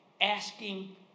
asking